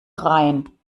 rein